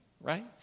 right